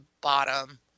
bottom